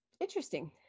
interesting